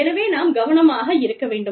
எனவே நாம் கவனமாக இருக்க வேண்டும்